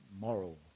moral